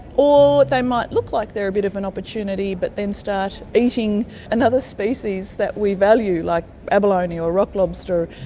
or they might look like they're a bit of an opportunity but then start eating another species that we value, like abalone or rock lobster,